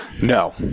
No